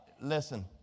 Listen